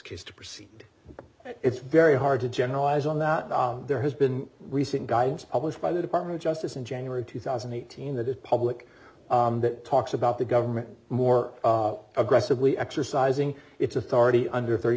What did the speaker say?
case to proceed it's very hard to generalize on that there has been recent guidance published by the department of justice in january two thousand and eighteen that is public that talks about the government more aggressively exercising its authority under th